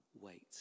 Wait